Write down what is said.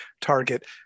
target